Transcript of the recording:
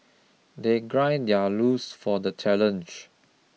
they gird their loins for the challenge